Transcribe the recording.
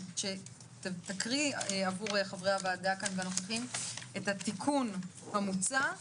שתקריא עבור חברי הוועדה כאן והנוכחים את התיקון המוצע,